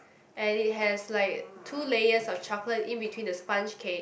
and it has like two layers of chocolate in between the sponge cake